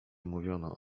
mówiono